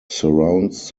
surrounds